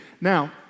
Now